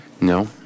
no